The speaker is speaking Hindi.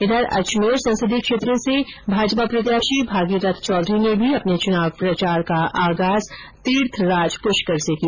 उधर अजमेर संसदीय क्षेत्र से भाजपा प्रत्याशी भागीरथ चौधरी ने भी अपने चुनाव प्रचार का आगाज तीर्थराज पुष्कर से किया